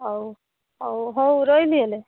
ହଉ ହଉ ହଉ ରହିଲି ହେଲେ